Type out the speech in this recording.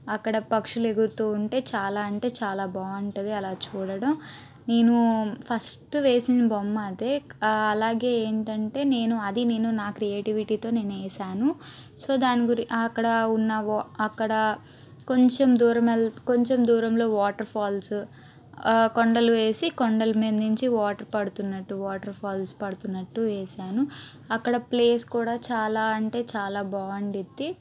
అక్కడ పక్షులు ఎగురుతు ఉంటే చాలా అంటే చాలా బాగుంటుంది అలా చూడడం నేను ఫస్ట్ వేసిన బొమ్మ అదే అలాగే ఏంటంటే నేను అది నేను నా క్రియేటివిటీతో నేను వేశాను సో దాని గురిం అక్కడ ఉన్న అక్కడ కొంచం దూరం కొంచం దూరంలో వాటర్ ఫాల్స్ కొండలు వేసి కొండల మీద నుంచి వాటర్ పడుతున్నట్టు వాటర్ ఫాల్స్ పడుతున్నట్టు వేశాను అక్కడ ప్లేస్ కూడా చాలా అంటే చాలా బాగుంటుంది